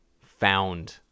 found